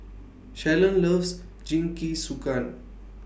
Shalon loves Jingisukan